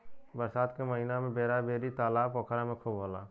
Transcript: बरसात के महिना में बेरा बेरी तालाब पोखरा में खूब होला